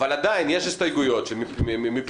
אבל עדיין יש הסתייגויות שמבחינתנו,